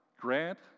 grant